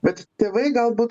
bet tėvai galbūt